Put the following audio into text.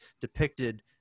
depicted